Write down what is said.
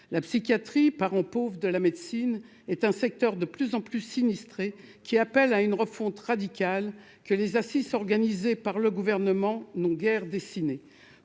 la psychiatrie, parent pauvre de la médecine est un secteur de plus en plus sinistré qui appelle à une refonte radicale que les A6 organisée par le gouvernement, n'ont guère pour une